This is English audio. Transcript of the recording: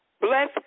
Bless